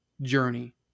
journey